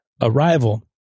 Arrival